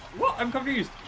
what? i'm confused!